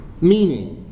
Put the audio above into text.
meaning